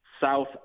South